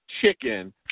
chicken